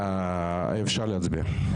8 אפשר להצביע.